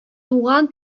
туган